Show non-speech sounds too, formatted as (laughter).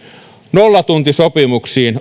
nollatuntisopimuksiin (unintelligible)